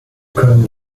können